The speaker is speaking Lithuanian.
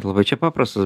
laba čia paprasta